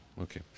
okay